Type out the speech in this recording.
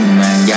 man